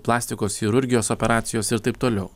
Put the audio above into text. plastikos chirurgijos operacijos ir taip toliau